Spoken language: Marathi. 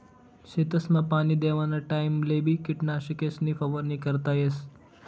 शेतसमा पाणी देवाना टाइमलेबी किटकनाशकेसनी फवारणी करता येस